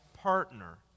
partner